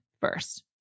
first